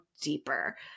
deeper